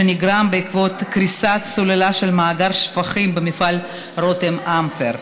שנגרם בעקבות קריסת סוללה של מאגר שפכים במפעל רותם אמפרט.